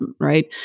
right